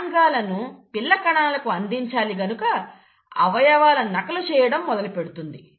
కణాంగాలను పిల్ల కణాలకు అందించాలి గనుక అవయవాల నకలు చేయడం మొదలుపెడుతుంది